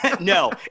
No